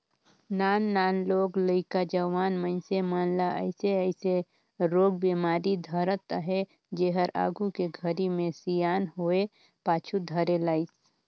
नान नान लोग लइका, जवान मइनसे मन ल अइसे अइसे रोग बेमारी धरत अहे जेहर आघू के घरी मे सियान होये पाछू धरे लाइस